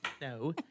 no